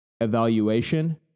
Evaluation